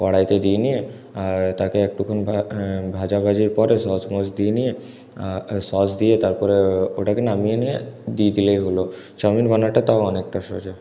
কড়াইতে দিয়ে নিয়ে তাকে একটুখানি ভাজাভাজির পরে সস মস দিয়ে নিয়ে সস দিয়ে তারপরে ওটাকে নামিয়ে নিয়ে দিয়ে দিলেই হলো চাউমিন বানাটা তাও অনেকটা সোজা